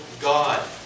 God